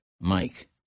Mike